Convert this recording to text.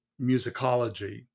musicology